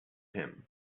him